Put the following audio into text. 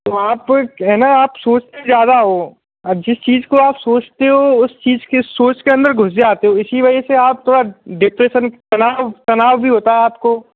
तो आप क है ना आप सोंचते ज़्यादा हो अब जिस चीज़ को आप सोंचते हो उस चीज़ के सोंच के अंदर घुस जाते हो इसी वजह से आप थोड़ा डिप्रेसन तनाव तनाव भी होता है आपको